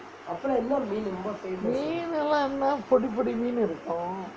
மீனு லாம் என்ன பொடி பொடி மீனு இருக்கும்:meenu laam podi podi meenu irukkum